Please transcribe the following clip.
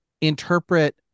interpret